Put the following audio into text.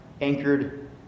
anchored